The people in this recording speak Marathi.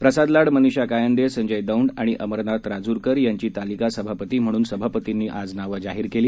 प्रसाद लाड मनीषा कायंदे संजय दौंड आणि अमरनाथ राजूरकर यांची तालिका सभापती म्हणून सभापतींनी आज नावं जाहीर केली